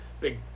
big